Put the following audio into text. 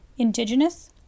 Indigenous